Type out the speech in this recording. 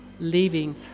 leaving